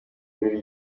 buri